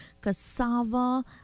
cassava